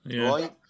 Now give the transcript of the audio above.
Right